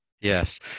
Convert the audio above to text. Yes